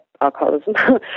alcoholism